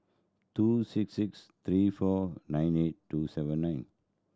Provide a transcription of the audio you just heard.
two six six three four nine eight two seven nine